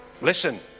Listen